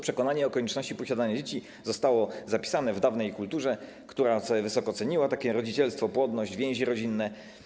Przekonanie o konieczności posiadania dzieci zostało zapisane w dawnej kulturze, która wysoko ceniła sobie rodzicielstwo, płodność, więzi rodzinne.